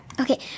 okay